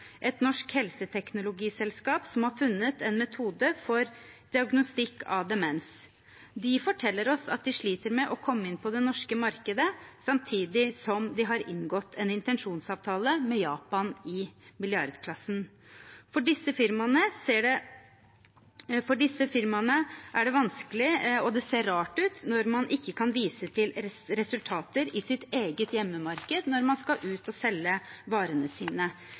et norsk helseteknologiselskap som har funnet en metode for diagnostikk av demens. De forteller oss at de sliter med å komme inn på det norske markedet, samtidig som de har inngått en intensjonsavtale i milliardklassen med Japan. For disse firmaene er det vanskelig – og det ser rart ut – når man ikke kan vise til resultater i sitt eget hjemmemarked når man skal ut og selge varene sine